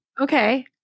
Okay